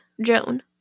Joan